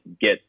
get